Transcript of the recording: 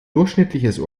durchschnittliches